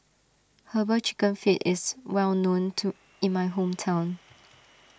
Herbal Chicken Feet is well known to in my hometown